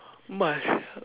must